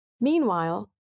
Meanwhile